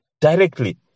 directly